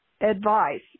advice